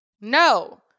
No